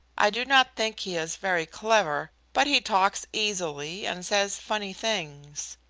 i do not think he is very clever, but he talks easily, and says funny things.